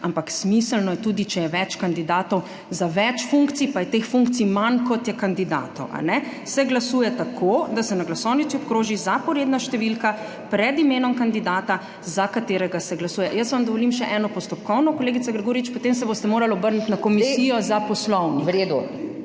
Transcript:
ampak smiselno je tudi, če je več kandidatov za več funkcij, pa je teh funkcij manj, kot je kandidatov, »se glasuje tako, da se na glasovnici obkroži zaporedna številka pred imenom kandidata, za katerega se glasuje.« Jaz vam dovolim še eno postopkovno, kolegica Grgurevič, potem se boste morali obrniti na Komisijo za poslovnik.